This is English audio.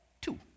two